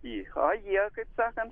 į a jie kaip sakant